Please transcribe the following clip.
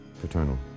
Paternal